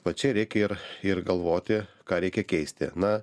va čia reikia ir ir galvoti ką reikia keisti na